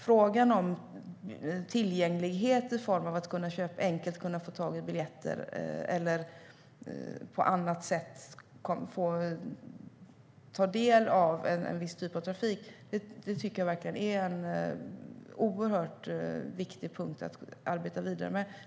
Frågan om tillgänglighet i form av att enkelt kunna få tag i biljetter eller på annat sätt få ta del av en viss typ av trafik tycker jag verkligen är oerhört viktig fråga att arbeta vidare med.